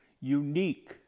unique